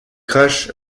crash